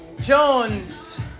Jones